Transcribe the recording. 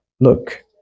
Look